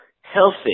healthy